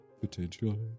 potentially